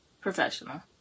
Professional